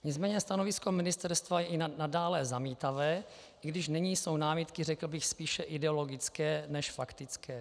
Nicméně stanovisko ministerstva je i nadále zamítavé, i když nyní jsou námitky, řekl bych, spíše ideologické než faktické.